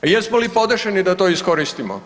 A jesmo li podešeni da to iskoristimo?